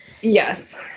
Yes